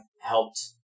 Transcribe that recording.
helped